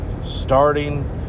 starting